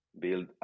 build